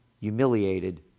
humiliated